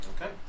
Okay